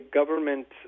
government